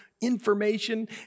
information